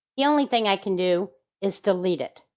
the only thing i can do is delete it.